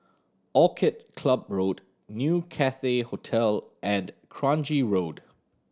Orchid Club Road New Cathay Hotel and Kranji Road